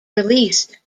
released